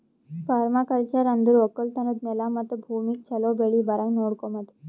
permaculture ಅಂದುರ್ ಒಕ್ಕಲತನದ್ ನೆಲ ಮತ್ತ ಭೂಮಿಗ್ ಛಲೋ ಬೆಳಿ ಬರಂಗ್ ನೊಡಕೋಮದ್